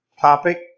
topic